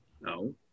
No